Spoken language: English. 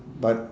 but